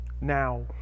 Now